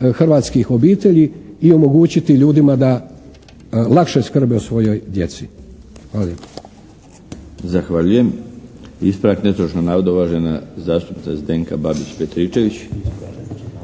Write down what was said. hrvatskih obitelji i omogućiti ljudima da lakše skrbe o svojoj djeci. Hvala